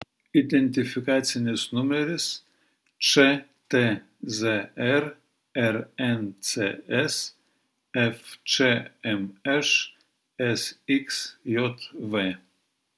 identifikacinis numeris čtzr rncs fčmš sxjv